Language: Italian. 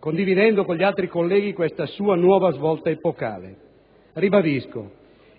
condividendo con gli altri colleghi questa sua nuova svolta epocale. Ribadisco: